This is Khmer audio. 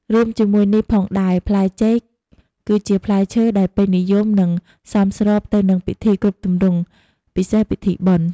រួមជាមួយនេះផងដែរផ្លែចេក គឺជាផ្លែឈើដែលពេញនិយមនិងសមស្របទៅនឹងពិធីគ្រប់ទម្រង់ពិសេសពិធីបុណ្យ។